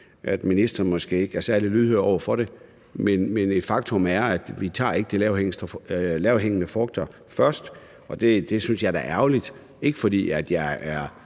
at ministeren måske ikke er særlig lydhør over for det, men faktum er, at vi ikke tager de lavest hængende frugter først. Og det synes jeg da er ærgerligt, ikke fordi jeg er